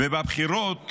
ובבחירות